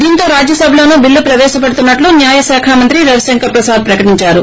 దీంతో రాజ్యసభలోనూ చిల్లు ప్రవేశపెడుతున్సట్టు న్యాయశాఖ మంత్రి రవిశంర్ ప్రసాద్ ప్రకటించారు